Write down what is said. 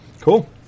Cool